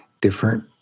different